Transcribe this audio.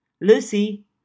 lucy